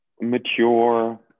mature